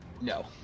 no